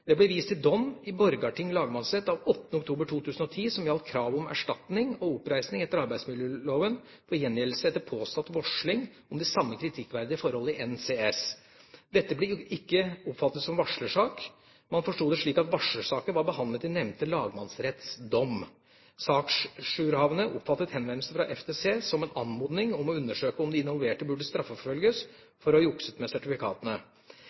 Det ble vist til dom i Borgarting lagmannsrett av 8. oktober 2010 som gjaldt krav om erstatning og oppreisning etter arbeidsmiljøloven for gjengjeldelse etter påstått varsling om de samme kritikkverdige forhold i NCS. Dette ble ikke oppfattet som en varslersak. Man forstod det slik at varslersaken var behandlet i nevnte lagmannsretts dom. Saksjourhavende oppfattet henvendelsen fra FTC som en anmodning om å undersøke om de involverte burde straffeforfølges for jukset med sertifikatene.